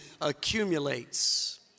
accumulates